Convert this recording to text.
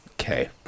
Okay